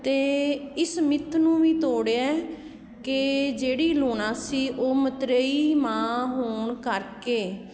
ਅਤੇ ਇਸ ਮਿਥ ਨੂੰ ਵੀ ਤੋੜਿਆ ਕਿ ਜਿਹੜੀ ਲੂਣਾ ਸੀ ਉਹ ਮਤਰੇਈ ਮਾਂ ਹੋਣ ਕਰਕੇ